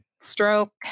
stroke